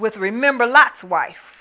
with remember lots wife